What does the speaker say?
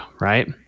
right